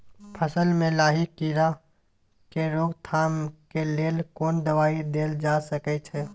फसल में लाही कीरा के रोकथाम के लेल कोन दवाई देल जा सके छै?